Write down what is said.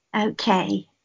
Okay